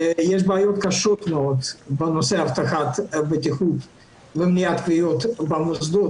יש בעיות קשות מאוד בנושא הבטחת בטיחות למניעת כוויות במוסדות.